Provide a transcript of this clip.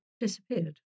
disappeared